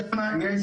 שם יש